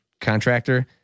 contractor